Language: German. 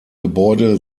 gebäude